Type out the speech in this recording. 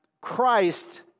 Christ